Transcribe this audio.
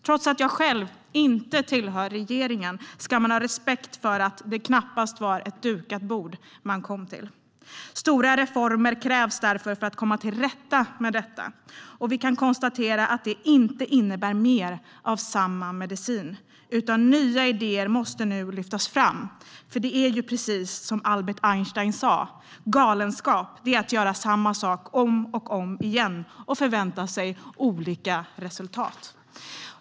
Jag sitter inte i regeringen, men jag ser att man ska ha respekt för att det knappast var ett dukat bord den kom till. Stora reformer krävs för att komma till rätta med detta. Vi kan konstatera att det inte innebär mer av samma medicin, utan nya idéer måste lyftas fram. Det är ju som Albert Einstein sa: Galenskap är att göra samma sak om och om igen och förvänta sig olika resultat.